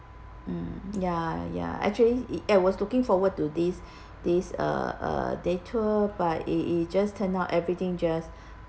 mm ya ya actually I was looking forward to this this uh uh day tour but it just turn out everything just